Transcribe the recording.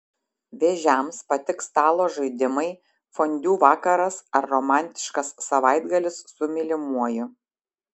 vėžiams patiks stalo žaidimai fondiu vakaras ar romantiškas savaitgalis su mylimuoju